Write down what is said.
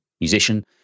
musician